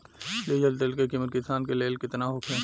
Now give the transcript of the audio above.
Diesel तेल के किमत किसान के लेल केतना होखे?